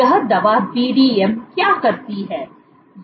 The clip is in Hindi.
यह दवा बीडीएम क्या करती है